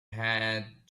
had